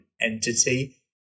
entity